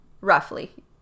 roughly